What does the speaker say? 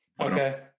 Okay